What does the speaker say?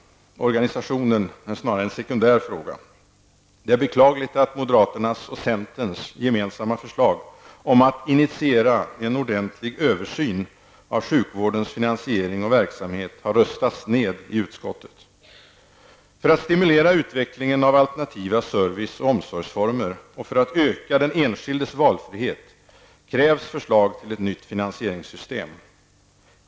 Organisationen är snarare en sekundär fråga. Det är beklagligt att moderaternas och centerns gemensamma förslag om att initiera en ordentlig översyn av sjukvårdens finansiering och verksamhet har röstats ned i utskottet. För att stimulera utvecklingen av alternativa service och omsorgsformer och för att öka den enskildes valfrihet krävs förslag till ett nytt finanseringssystem.